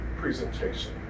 presentation